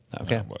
okay